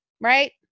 Right